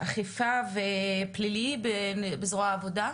אני מנהל את אגף האכיפה הפלילית במינהל ההסדרה והאכיפה.